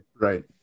Right